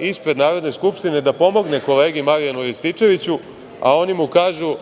ispred Narodne skupštine da pomogne kolegi Marijanu Rističeviću, a oni mu kažu